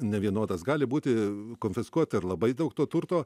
nevienodas gali būti konfiskuota ir labai daug to turto